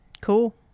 Cool